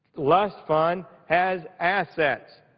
lust fund has assets.